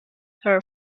her